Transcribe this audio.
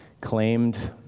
claimed